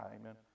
Amen